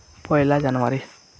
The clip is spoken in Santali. ᱯᱚᱭᱞᱟ ᱡᱟᱱᱩᱣᱟᱨᱤ